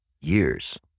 years